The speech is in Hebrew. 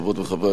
קודם כול,